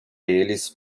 eles